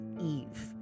Eve